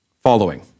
following